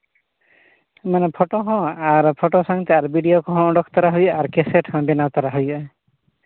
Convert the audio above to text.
ᱚᱱᱟ ᱢᱟ ᱯᱷᱳᱴᱳ ᱦᱚᱸ ᱟᱨ ᱯᱷᱳᱴᱳ ᱥᱟᱶᱛᱮ ᱟᱨ ᱵᱷᱤᱰᱤᱭᱳ ᱠᱚᱦᱚᱸ ᱚᱰᱚᱠ ᱛᱟᱨᱟ ᱦᱩᱭᱩᱜᱼᱟ ᱟᱨ ᱠᱮᱥᱮᱴ ᱦᱚᱸ ᱵᱮᱱᱟᱣ ᱛᱚᱨᱟ ᱦᱩᱭᱩᱜᱼᱟ